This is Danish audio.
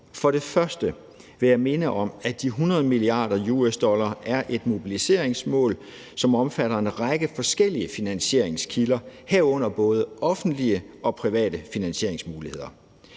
For det første vil jeg minde om, at de 100 mia. dollar er et mobiliseringsmål, som omfatter en række forskellige finansieringskilder, herunder både offentlige og private finansieringsmuligheder.